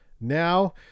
now